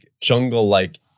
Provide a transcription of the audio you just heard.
jungle-like